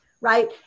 right